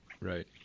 Right